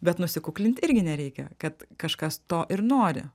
bet nusikuklint irgi nereikia kad kažkas to ir nori